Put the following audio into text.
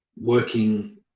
working